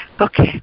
Okay